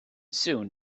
soon